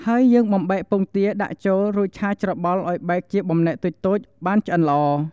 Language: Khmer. ហើយយើងបំបែកពងទាដាក់ចូល រួចឆាច្របល់ឱ្យបែកជាបំណែកតូចៗ បានឆ្អិនល្អ។